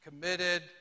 committed